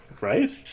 Right